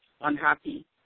unhappy